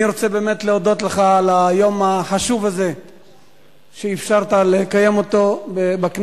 אני באמת רוצה להודות לך על היום החשוב הזה שאפשרת לקיים בכנסת,